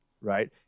right